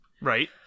Right